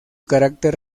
carácter